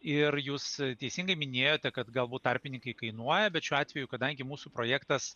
ir jūs teisingai minėjote kad galbūt tarpininkai kainuoja bet šiuo atveju kadangi mūsų projektas